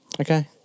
Okay